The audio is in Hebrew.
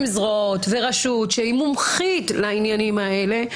זרועות ורשות שמומחית לעניינים האלה,